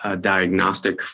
diagnostic